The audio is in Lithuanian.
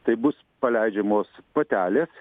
tai bus paleidžiamos patelės